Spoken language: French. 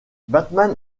batman